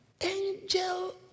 angel